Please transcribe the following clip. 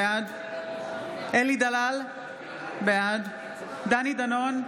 בעד אלי דלל, בעד דני דנון,